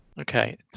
Okay